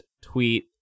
tweet